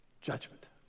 Judgment